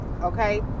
okay